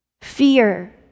Fear